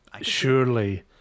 surely